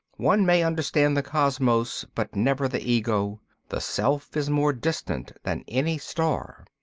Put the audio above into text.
one may understand the cosmos, but never the ego the self is more distant than any star.